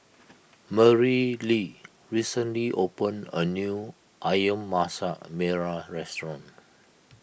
Merrilee recently opened a new Ayam Masak Merah Restaurant